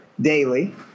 daily